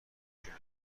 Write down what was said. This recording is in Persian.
کیلو